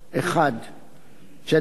1. ג'דיידה,